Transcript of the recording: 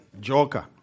joker